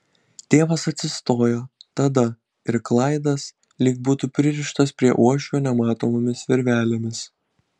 tėvas atsistojo tada ir klaidas lyg būtų pririštas prie uošvio nematomomis virvelėmis